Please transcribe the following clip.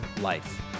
life